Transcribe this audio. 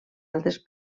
altres